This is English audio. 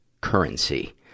currency